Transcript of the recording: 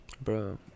bro